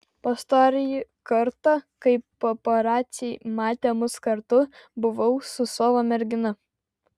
pastarąjį kartą kai paparaciai matė mus kartu buvau su savo mergina